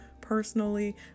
personally